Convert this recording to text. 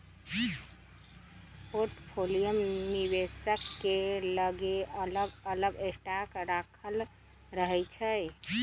portfolio निवेशक के लगे अलग अलग स्टॉक राखल रहै छइ